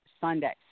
Sunday